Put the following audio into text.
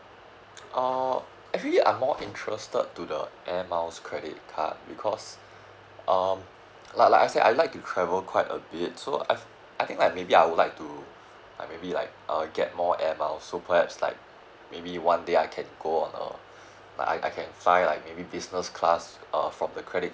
oh actually I'm more interested to the Air Miles credit card because um like like I say I like to travel quite a bit so uh I think I maybe I would like to maybe like err get more Air Miles so perhaps like maybe one day I can go on a like I can fly like a business class uh from the credit